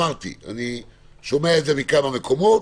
אני שומע את זה כבר מכמה מקומות,